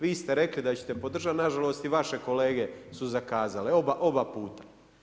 Vi ste rekli da ćete podržati, nažalost i vaše kolege su zakazale, oba puta.